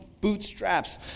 bootstraps